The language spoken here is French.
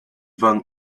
van